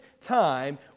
time